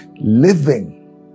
living